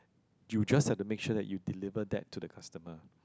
you just have to make sure that you deliver that to the customer